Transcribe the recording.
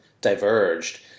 diverged